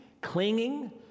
clinging